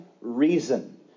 reason